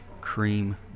cream